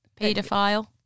Pedophile